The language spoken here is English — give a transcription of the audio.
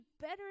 better